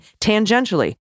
tangentially